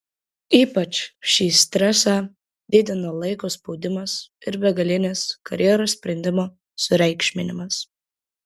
ypač šį stresą didina laiko spaudimas ir begalinis karjeros sprendimo sureikšminimas